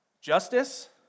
Justice